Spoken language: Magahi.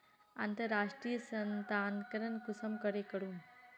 अंतर्राष्टीय स्थानंतरण कुंसम करे करूम?